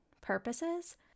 purposes